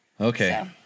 Okay